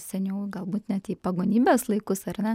seniau galbūt net į pagonybės laikus ar ne